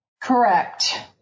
Correct